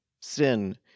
sin